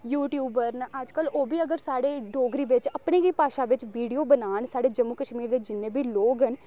YouTuber न अज्जकल ओह् बी अगर साढ़े अपनी डोगरी बिच्च अपनी गै भाशा बिच्च वीडियो बनान साढ़े जम्मू कश्मीर दे जिन्ने बी लोग न